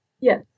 Yes